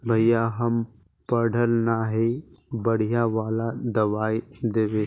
भैया हम पढ़ल न है बढ़िया वाला दबाइ देबे?